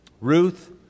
Ruth